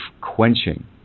quenching